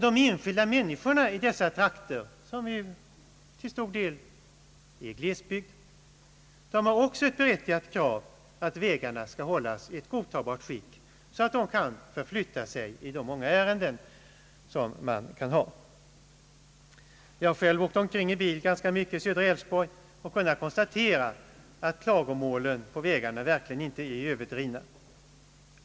De enskilda människorna i dessa trakter, som till stor del utgörs av glesbygd, har också berättigat krav på att vägarna skall hållas i godtagbart skick så att de kan förflytta sig i de många ärenden de kan ha. Jag har själv åkt omkring i bil ganska mycket i Älvsborgs läns södra del och har kunnat konstatera att klagomålen på vägarna verkligen inte är överdrivna.